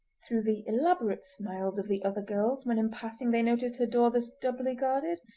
through the elaborate smiles of the other girls when in passing they noticed her door thus doubly guarded,